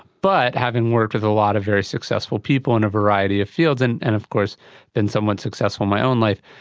but having worked with a lot of very successful people in a variety of fields, and and of course been somewhat successful my own life,